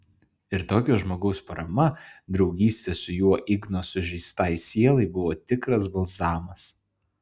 ir tokio žmogaus parama draugystė su juo igno sužeistai sielai buvo tikras balzamas